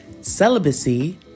celibacy